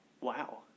Wow